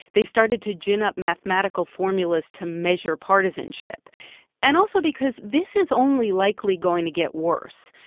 they started to gin up mathematical formulas to measure partisanship and also because this is only likely going to get worse,